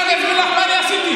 אני אסביר לך מה אני עשיתי.